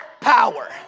power